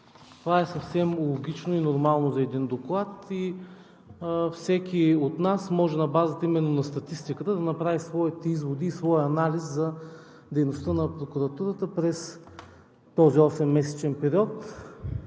Това е съвсем логично и нормално за един доклад, и всеки от нас може на базата именно на статистиката да направи своите изводи и своя анализ за дейността на прокуратурата през този осеммесечен период,